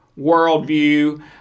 worldview